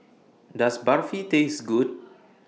Does Barfi Taste Good